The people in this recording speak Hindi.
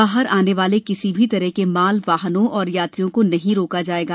बाहर आने वाले किसी भी तरह के माल वाहनों और यात्रियों को नहीं रोका जायेगा